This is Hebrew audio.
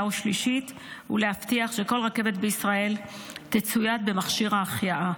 ושלישית ולהבטיח שכל רכבת בישראל תצויד במכשיר ההחייאה.